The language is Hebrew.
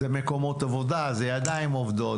אלה מקומות עבודה, אלה ידיים עובדות.